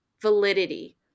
validity